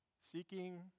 Seeking